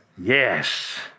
Yes